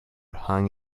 hung